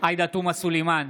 עאידה תומא סלימאן,